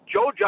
Joe